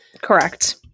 correct